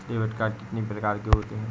Debit card कितनी प्रकार के होते हैं?